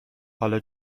حالا